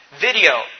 Video